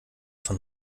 von